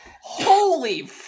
holy